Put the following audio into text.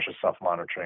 self-monitoring